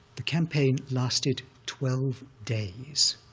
the campaign lasted twelve days.